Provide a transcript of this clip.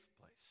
place